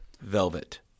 Velvet